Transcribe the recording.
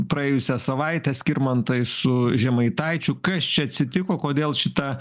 praėjusią savaitę skirmantai su žemaitaičiu kas čia atsitiko kodėl šita